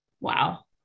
Wow